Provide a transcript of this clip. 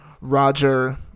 roger